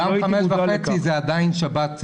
גם 17:30 זה עדיין שבת.